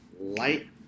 light